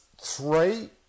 Three